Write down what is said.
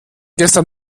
gestern